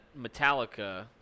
Metallica